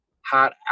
hot